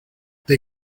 they